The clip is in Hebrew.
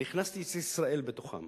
אני הכנסתי את ישראל בתוכן